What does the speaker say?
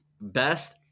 best